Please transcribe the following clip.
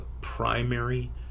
primary